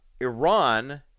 iran